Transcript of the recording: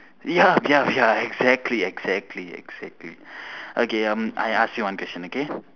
ya ya ya exactly exactly exactly okay um I ask you one question okay